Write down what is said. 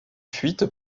fuite